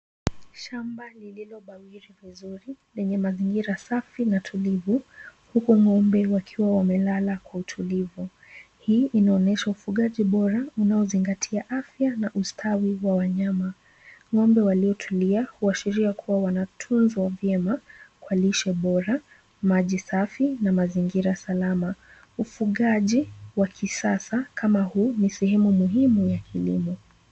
Shamba lililobawiri vizuri lenye mazingira safi na tulivu huku ng'ombe wakiwa wamelala kwa utulivu. Hii inaonyesha ufungaji bora unaozingatia afya na ustawi wa wanyama. Ng'ombe waliotulia huashiria kuwa wanatunzwa vyema kwa lishe bora, maji safi na mazingira salama. Ufugaji wa kisasa kama huu ni sehemu muhimu ya kilimo.